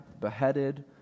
beheaded